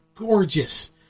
Gorgeous